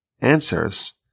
answers